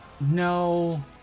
No